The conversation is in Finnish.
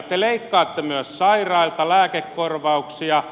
te leikkaatte myös sairailta lääkekorvauksia